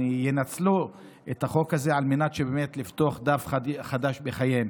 ינצלו את החוק הזה על מנת שבאמת יפתחו דף חדש בחייהם.